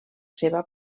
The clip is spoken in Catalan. seva